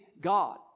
God